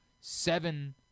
seven